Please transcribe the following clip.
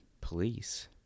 police